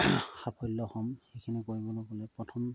সাফল্য হ'ম সেইখিনি কৰিবলৈ গ'লে প্ৰথম